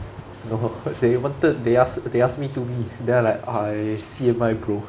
no they wanted they ask they ask me to be then I like I C_M_I bro